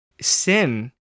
Sin